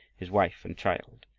his wife and child,